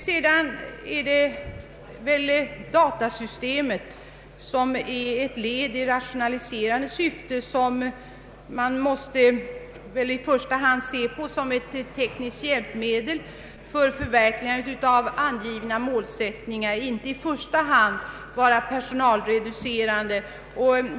Vad sedan gäller datasystemet är väl detta ett led i rationaliserande syfte, som i första hand bör betraktas som ett tekniskt hjälpmedel för förverkligandet av angivna målsättningar. Det bör inte främst syfta till att vara personalreducerande.